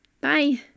Bye